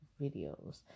videos